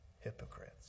hypocrites